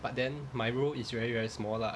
but then my role is very very small lah